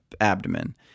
abdomen